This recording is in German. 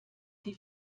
die